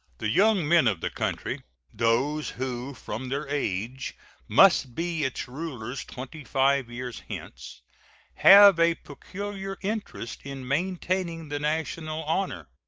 the young men of the country those who from their age must be its rulers twenty-five years hence have a peculiar interest in maintaining the national honor.